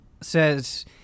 says